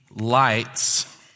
lights